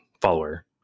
follower